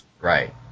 right